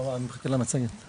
אנחנו מחכים למצגת,